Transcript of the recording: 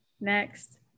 next